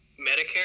Medicare